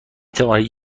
توانید